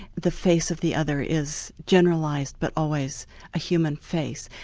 the face of the other is generalised but always a human face.